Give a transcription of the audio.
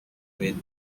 with